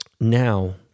now